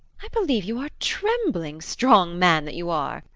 i believe you are trembling, strong man that you are.